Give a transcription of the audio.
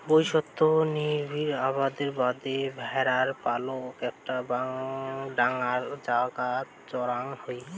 বৈদ্যাশত নিবিড় আবাদের বাদে ভ্যাড়ার পালক একটা ডাঙর জাগাত চড়ান হই